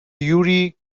یوری